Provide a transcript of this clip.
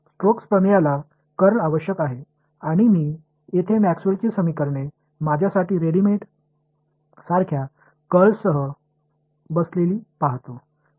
Stokes प्रमेयला कर्ल आवश्यक आहे आणि मी येथे मॅक्सवेलची समीकरणे माझ्यासाठी रेडीमेड सारख्या कर्लसह बसलेली पाहतो